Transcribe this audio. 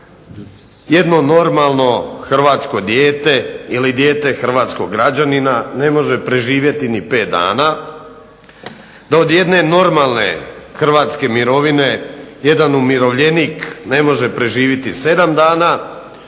jedno normalno hrvatsko dijete ili dijete hrvatskog građanina ne može preživjeti ni 5 dana, da od jedne normalne hrvatske mirovine jedan umirovljenik ne može preživjeti 7 dana